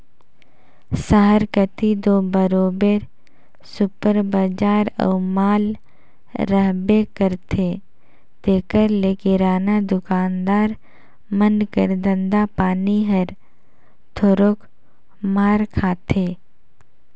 सहर कती दो बरोबेर सुपर बजार अउ माल रहबे करथे तेकर ले किराना दुकानदार मन कर धंधा पानी हर थोरोक मार खाथे